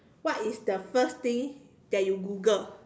what is the first thing that you Google